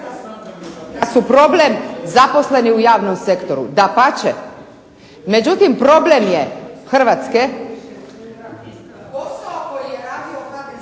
su problem zaposleni u javnom sektoru, dapače. Međutim problem Hrvatske ...